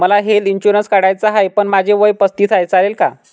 मला health insurance काढायचा आहे पण माझे वय पस्तीस आहे, चालेल का?